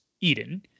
Eden